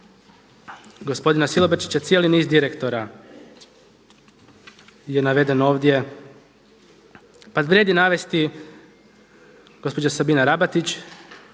gospodina Silobrčića cijeli niz direktora je naveden ovdje. Pa vrijedi navesti, gospođa Sabina Rabatić